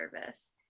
service